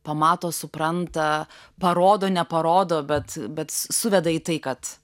pamato supranta parodo neparodo bet bet suveda į tai kad